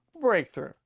breakthrough